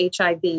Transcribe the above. HIV